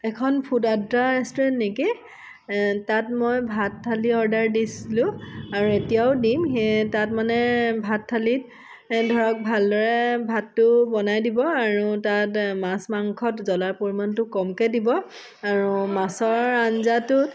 এইখন ফুড আদ্দা ৰেষ্টুৰেণ্ট নেকি তাত মই ভাত থালী অৰ্ডাৰ দিছিলোঁ আৰু এতিয়াও দিম সেই তাত মানে ভাত থালীত এই ধৰক ভালদৰে ভাতটো বনাই দিব আৰু তাত মাছ মাংসত জ্বলাৰ পৰিমাণটো কমকৈ দিব আৰু মাছৰ আঞ্জাটো